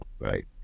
Right